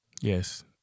Yes